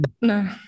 no